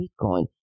Bitcoin